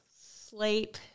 Sleep